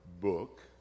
book